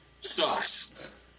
sucks